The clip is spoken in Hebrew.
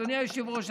אדוני היושב-ראש,